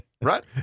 Right